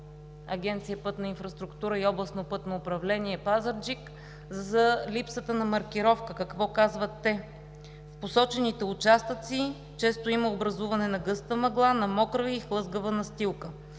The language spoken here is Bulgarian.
Агенция „Пътна инфраструктура“ и Областно пътно управление – Пазарджик, за липсата на маркировка. Какво казват те? „В посочените участници често има образуване на гъста мъгла, на мокра и хлъзгава настилка.